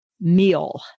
meal